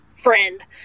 friend